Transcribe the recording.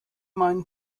meinen